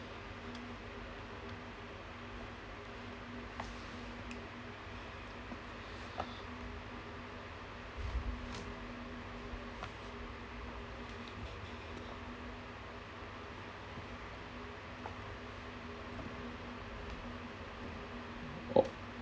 oh